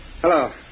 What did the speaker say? Hello